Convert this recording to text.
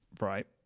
Right